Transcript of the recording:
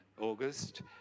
August